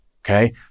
okay